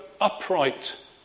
upright